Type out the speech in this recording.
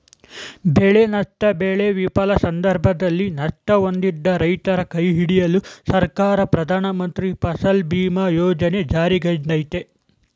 ಬೆಳೆನಷ್ಟ ಬೆಳೆ ವಿಫಲ ಸಂದರ್ಭದಲ್ಲಿ ನಷ್ಟ ಹೊಂದಿದ ರೈತರ ಕೈಹಿಡಿಯಲು ಸರ್ಕಾರ ಪ್ರಧಾನಮಂತ್ರಿ ಫಸಲ್ ಬಿಮಾ ಯೋಜನೆ ಜಾರಿಗ್ತಂದಯ್ತೆ